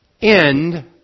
end